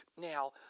Now